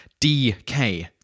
DK